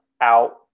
Out